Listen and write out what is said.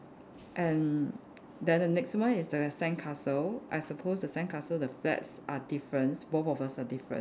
and then the next one is the sandcastle I supposed the sandcastle the flags are difference both of us are difference